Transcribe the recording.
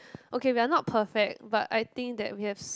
okay we're not perfect but I think that we have s~